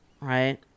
Right